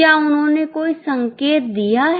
क्या उन्होंने कोई संकेत दिया है